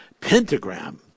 pentagram